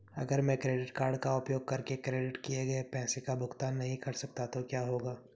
अगर मैं credit card का उपयोग करके क्रेडिट किए गए पैसे का भुगतान नहीं कर सकता तो क्या होगा?